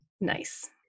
Nice